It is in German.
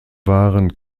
waren